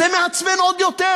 זה מעצבן עוד יותר